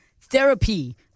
therapy